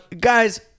Guys